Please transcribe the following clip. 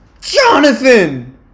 Jonathan